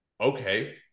okay